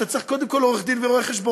צריך קודם כול עורך-דין ורואה-חשבון.